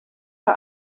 bei